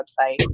website